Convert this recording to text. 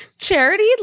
Charity